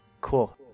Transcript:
cool